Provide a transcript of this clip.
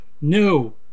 No